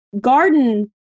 Garden